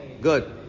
Good